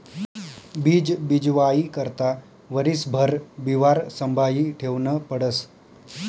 बीज बीजवाई करता वरीसभर बिवारं संभायी ठेवनं पडस